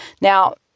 Now